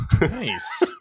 Nice